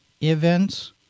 events